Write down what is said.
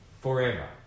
Forever